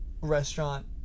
restaurant